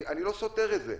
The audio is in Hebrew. אני לא סותר את זה.